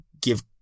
give